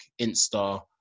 Insta